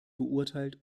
beurteilt